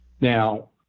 Now